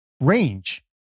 range